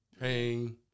pain